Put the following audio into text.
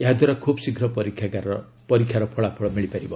ଏହାଦ୍ଧାରା ଖୁବ୍ ଶୀଘ୍ର ପରୀକ୍ଷାର ଫଳାଫଳ ମିଳିପାରିବ